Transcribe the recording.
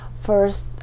first